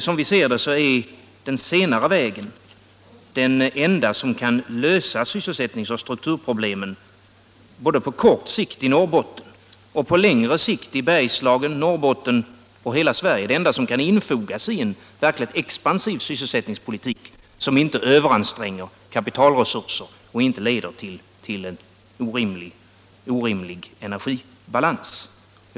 Som vi ser det är den senare vägen den enda på vilken man kan lösa sysselsättningsoch strukturproblemen både på kort sikt i Norrbotten och på längre sikt i Bergslagen, Norrbotten och hela Sverige. Det är det enda som kan infogas i en verkligt expansiv sysselsättningspolitik som inte överanstränger kapitalresurser och inte leder till en orimlig energibalans.